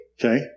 Okay